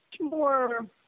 more